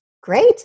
Great